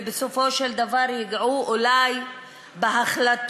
ובסופו של דבר ייגעו אולי בהחלטות